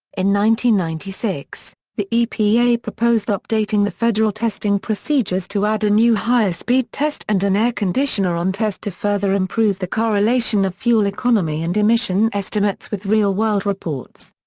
ninety ninety six, the epa proposed updating the federal testing procedures to add a new higher speed test and an air-conditioner on test to further improve the correlation of fuel economy and emission estimates with real-world reports.